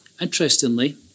Interestingly